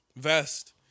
Vest